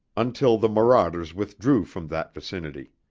until the marauders withdrew from that vicinity.